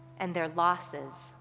and their losses.